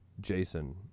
Jason